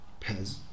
Pez